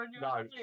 No